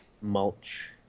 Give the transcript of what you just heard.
mulch